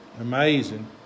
amazing